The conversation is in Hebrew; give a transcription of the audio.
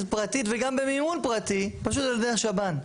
פרטית וגם במיון פרטי פשוט על ידי השב"ן.